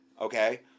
Okay